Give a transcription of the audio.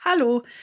Hallo